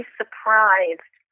surprised